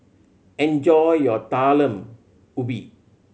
enjoy your Talam Ubi